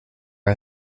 are